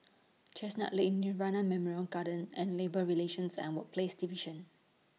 Chestnut Lane Nirvana Memorial Garden and Labour Relations and Workplaces Division